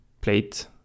plate